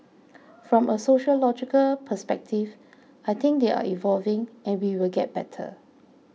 from a sociological perspective I think they are evolving and we will get better